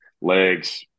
legs